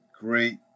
great